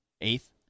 eighth